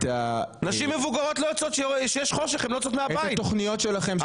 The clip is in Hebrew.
נשים מבוגרות לא יוצאות מהבית בחושך אבל